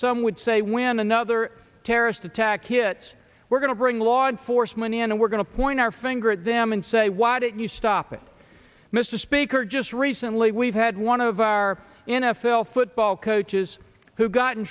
some would say when another terrorist attack hits we're going to bring law enforcement in and we're going to point our finger at them and say why didn't you stop it mr speaker just recently we've had one of our n f l football coaches who got in